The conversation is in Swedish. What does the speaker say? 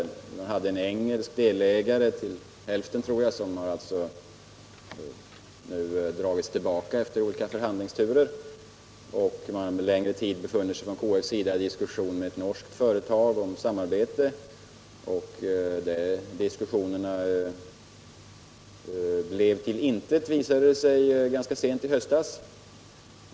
Bolaget hade en engelsk delägare, till hälften tror jag, som nu har dragit sig tillbaka, efter olika förhandlingsturer. KF har under en längre tid befunnit sig i diskussion med ett norskt företag om samarbete. De diskussionerna ledde till intet, visade det sig ganska sent i höstas.